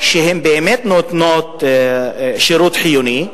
שבאמת נותנים שירות חיוני,